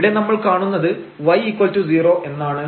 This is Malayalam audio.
ഇവിടെ നമ്മൾ കാണുന്നത് y0 എന്നാണ്